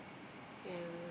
yeah